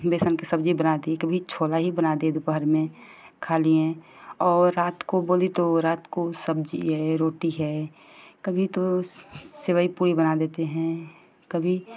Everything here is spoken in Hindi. बेसन की सब्जी बना दिये कभी छोला ही बना दिये दोपहर में खा लिए और रात को बोली तो रात को सब्जी है रोटी कभी तो सेवई पूरी ही बना लेते हैं कभी